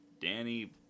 Danny